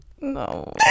no